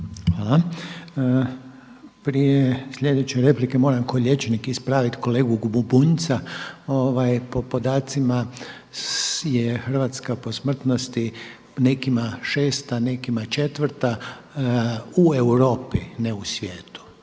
Hvala. Prije sljedeće replike moram kao liječnik ispravit kolegu Bunjca. Po podacima je Hrvatska po smrtnosti nekima šest, a nekima četvrta u Europi ne u svijetu.